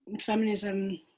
feminism